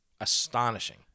astonishing